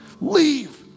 leave